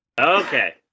Okay